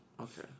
Okay